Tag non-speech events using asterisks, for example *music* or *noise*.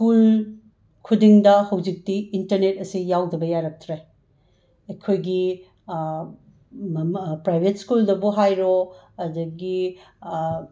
school ꯈꯨꯗꯤꯡꯗ ꯍꯩꯖꯤꯛꯇꯤ internet ꯑꯁꯤ ꯌꯥꯎꯗꯕ ꯌꯥꯔꯛꯇ꯭ꯔꯦ ꯑꯈꯣꯏꯒꯤ *unintelligible* ꯄ꯭ꯔꯥꯏꯕꯦꯠ ꯁ꯭ꯀꯨꯜꯗꯕꯨ ꯍꯥꯏꯔꯣ ꯑꯗꯒꯤ